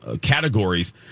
categories